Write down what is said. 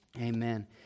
Amen